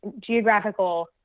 geographical